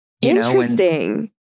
Interesting